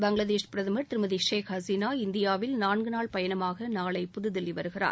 பங்களாதேஷ் பிரதமர் திருமதி ஷேக் ஹசீனா இந்தியாவில் நான்கு நாள் பயணமாக நாளை புதுதில்லி வருகிறார்